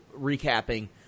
recapping